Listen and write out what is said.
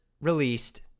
released